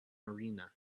arena